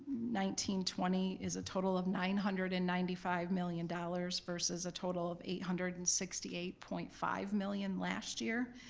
nineteen is a total of nine hundred and ninety five million dollars versus a total of eight hundred and sixty eight point five million last year.